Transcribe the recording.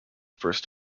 first